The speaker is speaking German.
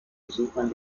besuchern